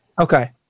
Okay